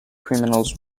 criminals